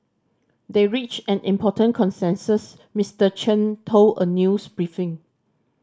they reached an important consensus Mister Chen told a news briefing